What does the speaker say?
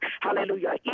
hallelujah